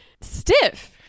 stiff